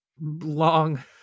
long